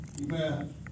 Amen